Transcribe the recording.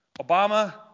Obama